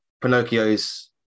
Pinocchio's